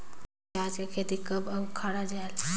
पियाज के खेती कब अउ उखाड़ा जायेल?